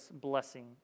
blessing